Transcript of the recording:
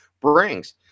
brings